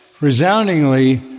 resoundingly